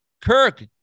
Kirk